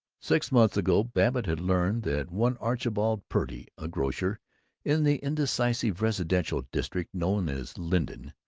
six months ago babbitt had learned that one archibald purdy, a grocer in the indecisive residential district known as linton,